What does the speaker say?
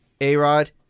A-Rod